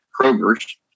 Kroger's